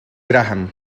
graham